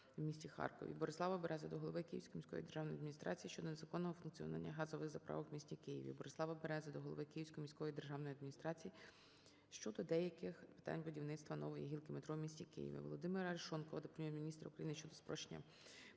ВолодимираАрешонкова до Прем'єр-міністра України щодо спрощення